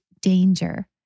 danger